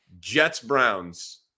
Jets-Browns